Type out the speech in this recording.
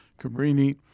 Cabrini